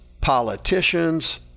politicians